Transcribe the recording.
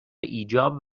ایجاب